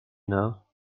know